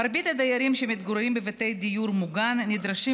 מרבית הדיירים שמתגוררים בבתי דיור מוגן נדרשים